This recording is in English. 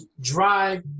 drive